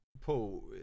Paul